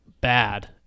bad